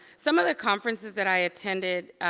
some of the conferences that i attended,